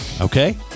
Okay